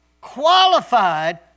qualified